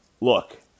Look